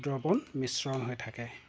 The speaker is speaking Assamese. দ্ৰৱন মিশ্ৰণ হৈ থাকে